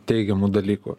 teigiamų dalykų